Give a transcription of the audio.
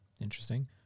interesting